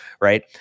right